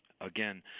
again